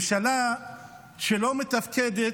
ממשלה שלא מתפקדת,